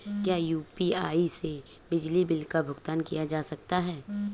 क्या यू.पी.आई से बिजली बिल का भुगतान किया जा सकता है?